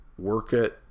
Workit